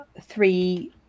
three